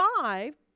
five